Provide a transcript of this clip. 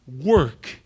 work